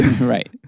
right